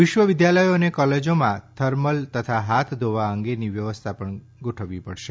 વિશ્વ વિદ્યાલયો અને કોલેજોમાં થર્મલ અને હાથ ધોવા અંગેની વ્યવસ્થા કરવી પડશે